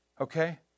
okay